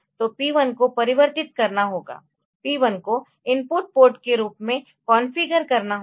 तो P1 को परिवर्तित करना होगा P1 को इनपुट पोर्ट के रूप में कॉन्फ़िगर करना होगा